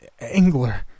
angler